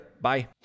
Bye